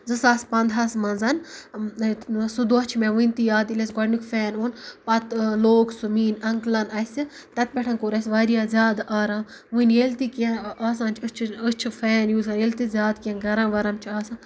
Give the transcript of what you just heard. زٕ ساس پَنداہس منٛز سُہ دۄہ چھُ مےٚ وُنہِ تہِ یاد ییٚلہِ اَسہِ گۄڈٕنیُک فین اوٚن پَتہٕ لوٚگ سُہ میٲنۍ اَنکٕلن اَسہِ تَتہِ پٮ۪ٹھ کوٚر اَسہِ واریاہ زیادٕ آرام وۄںۍ ییٚلہِ تہِ کیٚنٛہہ آسان چھُ أسۍ چھِ أسۍ چھِ فین یوٗز کران ییٚلہِ تہِ زیادٕ کیٚنٛہہ گرم وَرم چھُ آسان